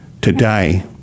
today